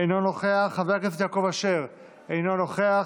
אינו נוכח, חבר הכנסת יעקב אשר, אינו נוכח,